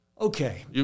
Okay